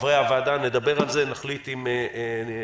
חברי הוועדה, נדבר על זה, נחליט אם נשתמש.